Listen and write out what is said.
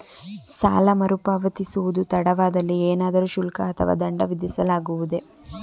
ಸಾಲ ಮರುಪಾವತಿಸುವುದು ತಡವಾದಲ್ಲಿ ಏನಾದರೂ ಶುಲ್ಕ ಅಥವಾ ದಂಡ ವಿಧಿಸಲಾಗುವುದೇ?